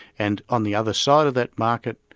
and on the other side of that market,